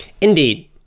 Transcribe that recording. Indeed